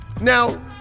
now